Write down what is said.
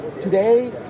today